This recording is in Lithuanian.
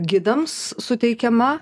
gidams suteikiama